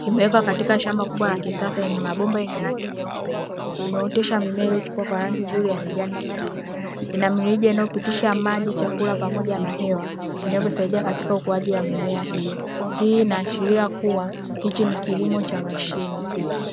imewekewa katika shamba kubwa la kisasa, lenye mabomba yenye rangi nyeupe, imeotesha mimea iliyochipua kwa rangi nzuri ya kijani kibichi, ina mirija inayopitisha maji, chakula pamoja na hewa, vinavyosaidia katika ukuaji wa mimea hiyo. Hii inaashiria kuwa hiki ni kilimo cha mashine.